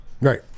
Right